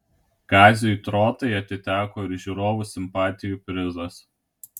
kaziui trotai atiteko ir žiūrovų simpatijų prizas